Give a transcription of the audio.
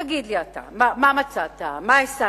תגיד לי אתה מה מצאת, מה השגת.